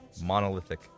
monolithic